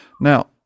Now